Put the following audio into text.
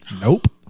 Nope